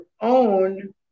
own